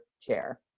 chair